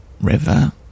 river